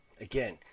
again